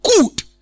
good